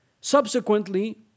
subsequently